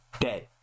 dead